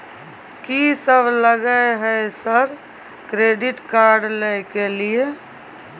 कि सब लगय हय सर क्रेडिट कार्ड लय के लिए?